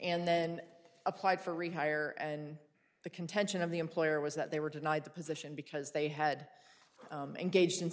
and then applied for retire and the contention of the employer was that they were denied the position because they had engaged in